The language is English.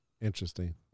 Interesting